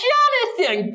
Jonathan